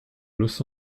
los